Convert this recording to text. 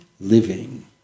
living